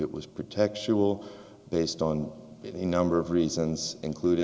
it was protect she will based on a number of reasons including